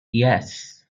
yes